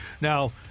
Now